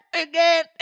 again